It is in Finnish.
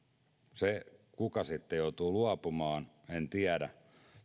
kuka sitten joutuu luopumaan en tiedä